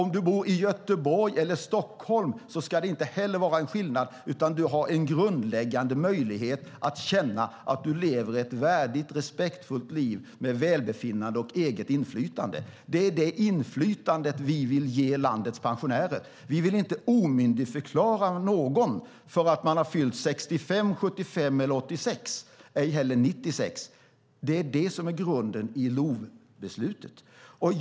Om du bor i Göteborg eller Stockholm ska det inte heller vara någon skillnad, utan du ska ha en grundläggande möjlighet att känna att du lever ett värdigt och respektfullt liv med välbefinnande och eget inflytande. Det är det inflytandet vi vill ge landets pensionärer. Vi vill inte omyndigförklara någon för att de har fyllt 65, 75, 86 eller 96 år. Det är det som är grunden i beslutet om LOV.